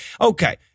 Okay